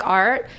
art